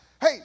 Hey